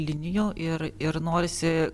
linijų ir ir norisi